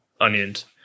onions